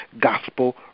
Gospel